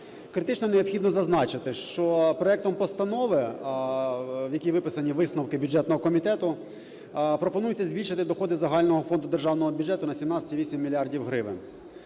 Критично необхідно зазначити, що проектом постанови, в якій виписані висновки бюджетного комітету, пропонується збільшити доходу загального фонду Державного бюджету на 17,8 мільйонів